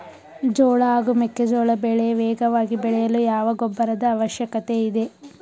ಜೋಳ ಹಾಗೂ ಮೆಕ್ಕೆಜೋಳ ಬೆಳೆ ವೇಗವಾಗಿ ಬೆಳೆಯಲು ಯಾವ ಗೊಬ್ಬರದ ಅವಶ್ಯಕತೆ ಇದೆ?